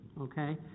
Okay